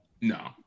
No